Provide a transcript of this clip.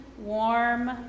warm